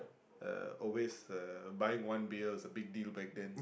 uh always uh buying one beer was a big deal back then